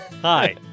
Hi